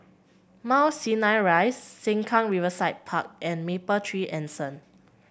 Mount Sinai Rise Sengkang Riverside Park and Mapletree Anson